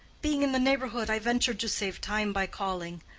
being in the neighborhood, i ventured to save time by calling.